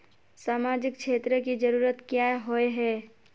सामाजिक क्षेत्र की जरूरत क्याँ होय है?